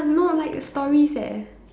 no like stories eh